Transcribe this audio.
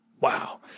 Wow